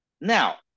Now